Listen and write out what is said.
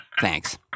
Thanks